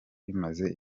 bimaze